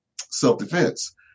self-defense